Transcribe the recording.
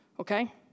okay